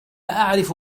أعرف